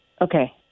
Okay